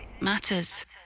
matters